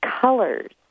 colors